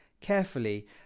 carefully